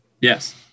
Yes